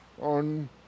on